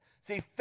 See